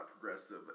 progressive